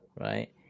right